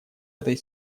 этой